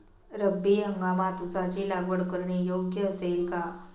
रब्बी हंगामात ऊसाची लागवड करणे योग्य असेल का?